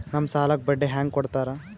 ನಮ್ ಸಾಲಕ್ ಬಡ್ಡಿ ಹ್ಯಾಂಗ ಕೊಡ್ತಾರ?